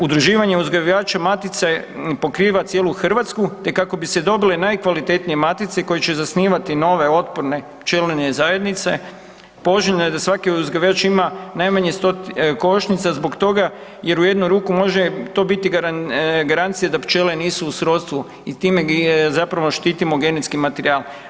Udruživanje uzgajivača matice pokriva cijelu Hrvatsku te kako bi se dobile najkvalitetnije matice koje će zasnivati nove otporne pčelinje zajednice poželjno je da svaki uzgajivač ima najmanje 100 košnica zbog toga jer u jednu ruku to može biti garancija da pčele nisu u srodstvu i time zapravo štitimo genetski materijal.